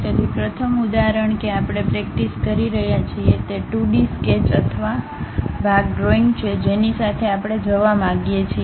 તેથી પ્રથમ ઉદાહરણ કે આપણે પ્રેક્ટિસ કરી રહ્યા છીએ તે 2 ડી સ્કેચ અથવા ભાગ ડ્રોઇંગ છે જેની સાથે આપણે જવા માંગીએ છીએ